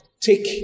Take